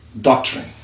doctrine